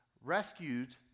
rescued